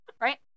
Right